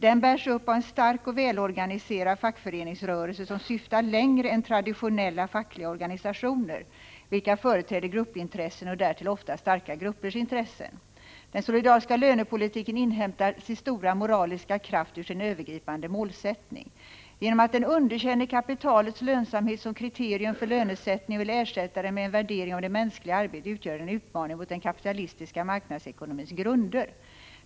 Den bärs upp av en stark och välorganiserad fackföreningsrörelse som syftar längre än traditionella fackliga organisationer, vilka företräder gruppintressen och därtill ofta starka gruppers intressen. Den solidariska lönepolitiken hämtar sin stora moraliska kraft ur sin övergripande målsättning. Genom att den underkänner kapitalets lönsamhet som kriterium för lönesättningen och vill ersätta det med en värdering av det mänskliga arbetet utgör den en utmaning mot den kapitalistiska marknadsekonomins grunder.